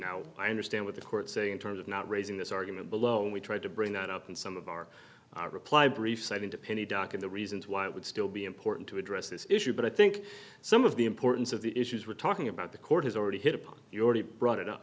now i understand what the court saying in terms of not raising this argument below and we tried to bring that up in some of our reply brief sighting to penny doc of the reasons why it would still be important to address this issue but i think some of the importance of the issues we're talking about the court has already hit upon the already brought it up